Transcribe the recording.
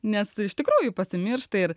nes iš tikrųjų pasimiršta ir